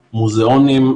מוזיאונים,